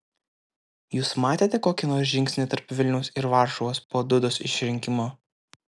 jūs matėte kokį nors žingsnį tarp vilniaus ir varšuvos po dudos išrinkimo